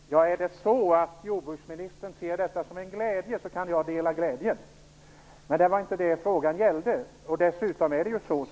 Herr talman! Är det så att jordbruksministern ser detta som en glädje, kan jag dela den. Men det var inte det frågan gällde.